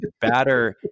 batter